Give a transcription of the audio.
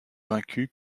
vaincues